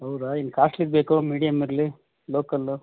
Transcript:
ಹೌದಾ ಏನು ಕಾಸ್ಟ್ಲಿದು ಬೇಕೋ ಮೀಡಿಯಮ್ ಇರಲಿ ಲೋಕಲ್ಲು